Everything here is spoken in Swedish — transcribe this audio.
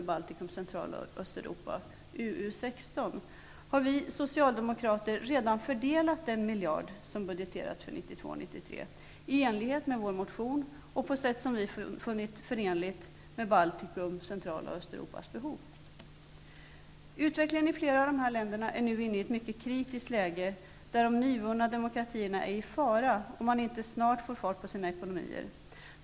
De nyvunna demokratierna är i fara om man inte snart får fart på ekonomierna.